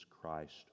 Christ